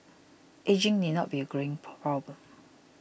ageing need not be a greying problem